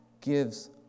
gives